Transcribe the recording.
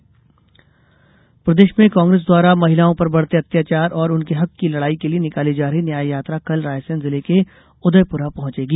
न्याय यात्रा प्रदेश में कांग्रेस द्वारा महिलाओं पर बढते अत्याचार और उनके हक की लडाई के लिये निकाली जा रही न्याय यात्रा कल रायसेन जिले के उदयपुरा पहुंचेगी